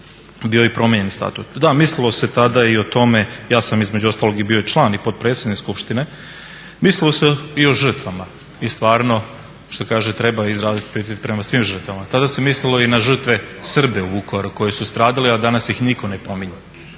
bio i promijenjen statut. Da, mislilo se tada i o tome, ja sam između ostalog bio član i potpredsjednik skupštine, mislilo se i o žrtvama i stvarno što kaže treba izrazit pijetet prema svim žrtvama. Tada se mislilo i na žrtve Srbe u Vukovaru koji su stradali, a danas ih nitko ne spominje.